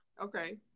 Okay